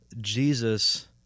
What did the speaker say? Jesus